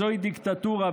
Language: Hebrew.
זוהי דיקטטורה,